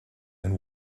and